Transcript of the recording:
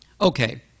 Okay